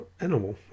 animal